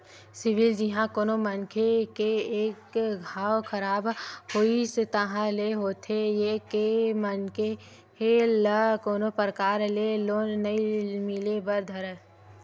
CIBIL जिहाँ कोनो मनखे के एक घांव खराब होइस ताहले होथे ये के मनखे ल कोनो परकार ले लोन नइ मिले बर धरय